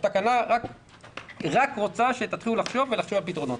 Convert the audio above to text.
התקנה רק רוצה שתתחילו לחשוב על פתרונות.